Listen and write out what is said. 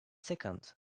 second